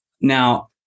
Now